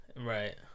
Right